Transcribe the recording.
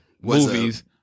movies